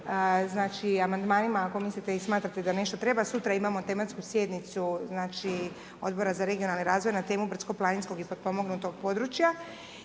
i amandmanima ako mislite i smatrate da nešto treba. Sutra imamo tematsku sjednicu znači Odbora za regionalni razvoj na temu brdsko-planinsko i potpomognutog područja.